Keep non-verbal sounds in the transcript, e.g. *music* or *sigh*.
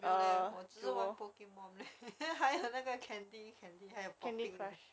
没有 leh 我只玩 pokemon *laughs* 还有那个 candy candy 还有 pop~